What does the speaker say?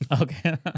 Okay